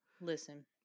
Listen